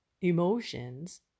emotions